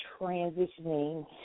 transitioning